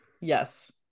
Yes